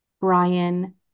Brian